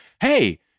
hey